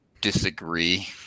disagree